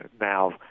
now